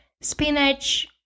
spinach